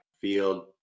field